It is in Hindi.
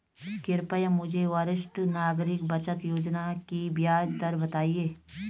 कृपया मुझे वरिष्ठ नागरिक बचत योजना की ब्याज दर बताएँ